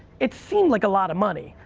it seemed like a lot of money.